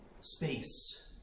space